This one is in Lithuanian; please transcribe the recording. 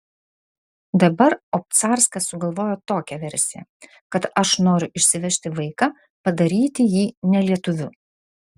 dabar obcarskas sugalvojo tokią versiją kad aš noriu išsivežti vaiką padaryti jį ne lietuviu